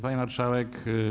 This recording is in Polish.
Pani Marszałek!